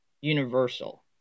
Universal